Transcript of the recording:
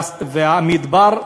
והמדבר,